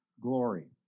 glory